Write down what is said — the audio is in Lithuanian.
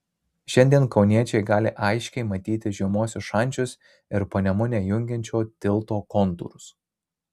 šiandien kauniečiai gali aiškiai matyti žemuosius šančius ir panemunę jungiančio tilto kontūrus